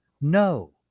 No